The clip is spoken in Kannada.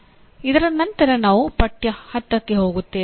ಇದರ ನಂತರ ನಾವು ಪಠ್ಯ10 ಕ್ಕೆ ಹೋಗುತ್ತೇವೆ